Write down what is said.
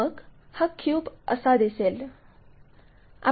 मग हा क्यूब असा दिसेल